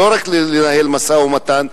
לא רק לנהל משא-ומתן,